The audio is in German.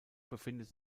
befindet